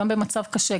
גם במצב קשה,